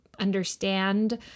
understand